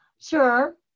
Sure